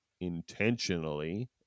intentionally